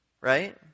right